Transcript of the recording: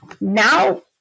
now